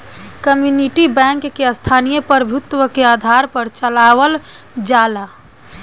community bank के स्थानीय प्रभुत्व के आधार पर चलावल जाला